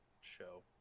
show